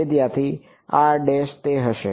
વિદ્યાર્થી તે હશે